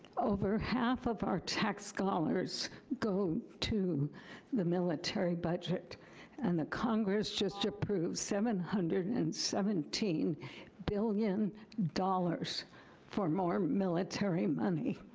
over half of our tax dollars go to the military budget and the congress just approved seven hundred and seventeen billion dollars dollars for more military money.